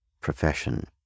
profession